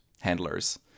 handlers